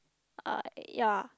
ah ya